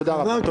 תודה רבה.